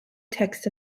text